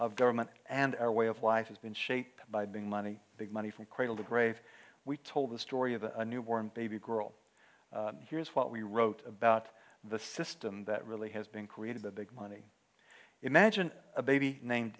of government and our way of life has been shaped by being money big money from cradle to grave we told the story of a newborn baby girl here's what we wrote about the system that really has been created by big money imagine a baby